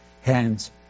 hands